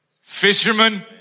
fishermen